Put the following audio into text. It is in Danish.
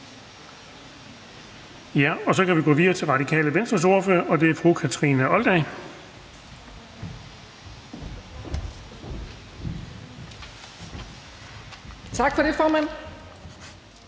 Så kan vi gå videre til Radikale Venstres ordfører, og det er fru Kathrine Olldag. Kl. 20:26 (Ordfører)